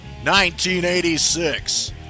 1986